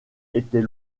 était